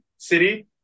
city